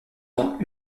dont